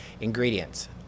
ingredients